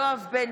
אינו נוכח נפתלי